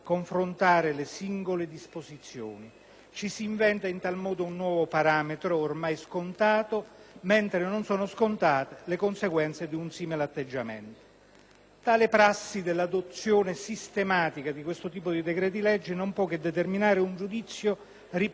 Ci si inventa in tale modo un nuovo parametro ormai scontato, mentre non sono scontate le conseguenze di un simile atteggiamento. La prassi dell'adozione sistematica di questo tipo di decreti-legge non può che determinare un giudizio - ripeto - severo e negativo, soprattutto perché